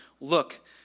Look